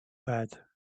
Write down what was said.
bed